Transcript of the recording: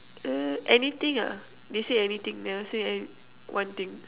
uh anything ah they say anything never say an~ one thing